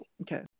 Okay